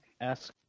ask